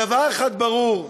דבר אחד ברור: